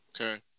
okay